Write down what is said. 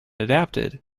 adapted